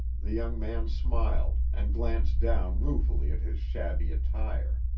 the young man smiled, and glanced down ruefully at his shabby attire.